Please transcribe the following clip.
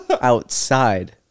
outside